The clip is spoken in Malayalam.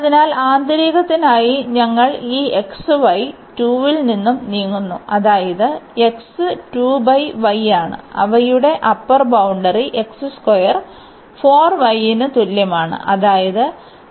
അതിനാൽ ആന്തരികത്തിനായി ഞങ്ങൾ ഈ xy 2 ൽ നിന്ന് നീങ്ങുന്നു അതായത് x ആണ് അവയുടെ അപ്പർ ബൌണ്ടറി 4 y ന് തുല്യമാണ് അതായത് x ആണ്